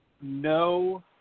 no –